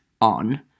ON